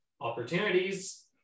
opportunities